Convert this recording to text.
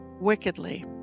wickedly